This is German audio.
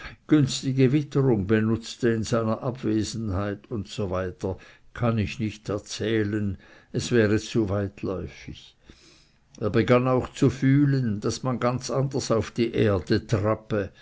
günstige witterung benutzte in seiner abwesenheit usw kann ich nicht erzählen es wäre zu weitläufig er begann auch zu fühlen daß man ganz anders auf die erde trappe